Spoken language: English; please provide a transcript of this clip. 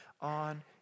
on